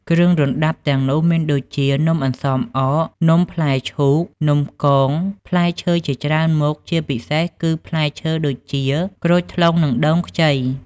គ្រឿងរណ្តាប់ទាំងនោះមានដូចជា នំអន្សមអក នំផ្លែឈូក នំកង ផ្លែឈើជាច្រើនមុខ ជាពិសេសគឺផ្លែឈើដូចជា ក្រូចថ្លុង និងដូងខ្ចី។